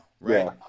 right